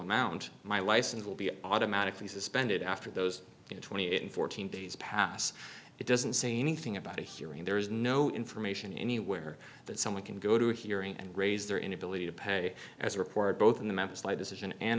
amount my license will be automatically suspended after those twenty eight and fourteen days pass it doesn't say anything about a hearing there is no information anywhere that someone can go to a hearing and raise their inability to pay as reported both in the memphis light decision and